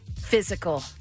physical